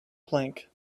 plank